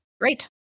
Great